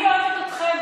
אני אוהבת אתכם,